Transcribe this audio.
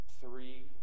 Three